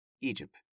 Egypt